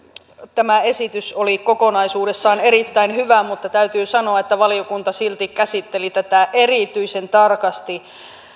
tämä esitys oli kokonaisuudessaan erittäin hyvä mutta täytyy sanoa että valiokunta silti käsitteli tätä erityisen tarkasti